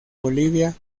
bolivia